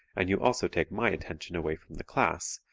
and you also take my attention away from the class,